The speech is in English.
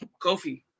Kofi